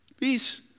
Peace